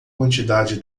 quantidade